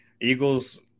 Eagles